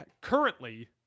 currently